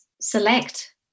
select